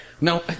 No